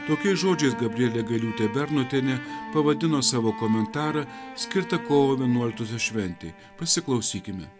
tokiais žodžiais gabrielė gailiūtė bernotienė pavadino savo komentarą skirtą kovo vienuoliktosios šventei pasiklausykime